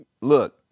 look